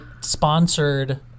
sponsored